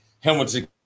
Hamilton